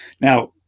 Now